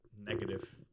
negative